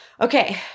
Okay